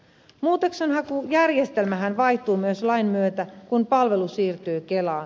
muutoksenhakujärjestelmähän vaihtuu myös lain myötä kun palvelu siirtyy kelaan